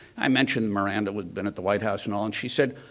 i mentioned miranda would've been at the white house and all. and she said,